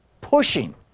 pushing